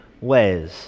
ways